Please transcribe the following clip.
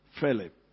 Philip